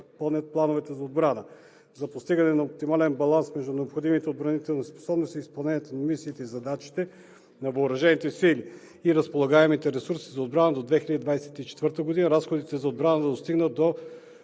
изпълнят плановете за отбрана. За постигане на оптимален баланс между необходимите отбранителни способности, изпълнението на мисиите и задачите на въоръжените сили и разполагаемите ресурси за отбрана до 2024 г. разходите за отбрана да достигнат 2%